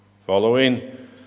following